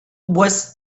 was